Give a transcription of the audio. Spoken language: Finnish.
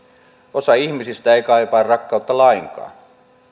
osa ihmisistä ei kaipaa rakkautta lainkaan